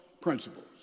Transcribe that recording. principles